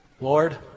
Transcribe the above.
Lord